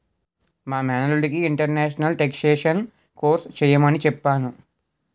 మా మేనల్లుడికి international taxation course చెయ్యమని చెప్పాను